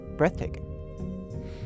breathtaking